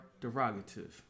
derogative